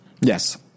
Yes